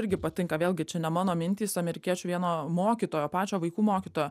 irgi patinka vėlgi čia ne mano mintys amerikiečių vieno mokytojo pačio vaikų mokytojo